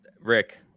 Rick